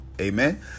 Amen